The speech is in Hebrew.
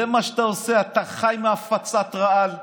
זה מה שאתה עושה, אתה חי מהפצת רעל,